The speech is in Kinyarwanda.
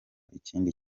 ikindi